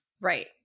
right